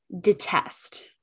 detest